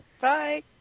bye